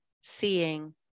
seeing